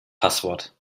passwort